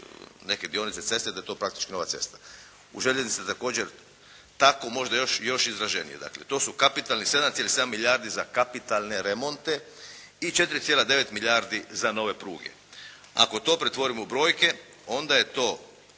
neke dionice ceste da je to praktički nova cesta. U željeznice također tako, možda još, još izraženije dakle. To su kapitalni 7,7 milijardi za kapitalne remonte i 4,9 milijardi za nove pruge. Ako to pretvorimo u brojke onda je to